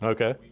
Okay